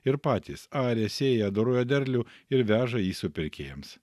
ir patys aria sėja doroja derlių ir veža jį supirkėjams